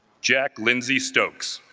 jack lindsay stokes,